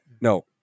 no